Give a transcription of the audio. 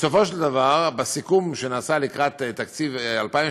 בסופו של דבר, בסיכום שנעשה לקראת תקציב 2017,